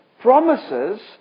promises